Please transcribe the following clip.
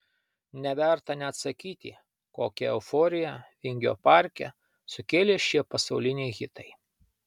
neverta net sakyti kokią euforiją vingio parke sukėlė šie pasauliniai hitai